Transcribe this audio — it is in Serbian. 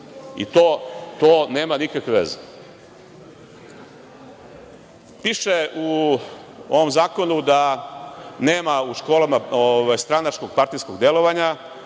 i to nema nikakve veze. Piše u ovom zakonu da nema u školama stranačkog partijskog delovanja